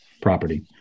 property